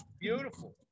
Beautiful